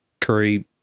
Curry